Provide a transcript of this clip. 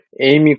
Amy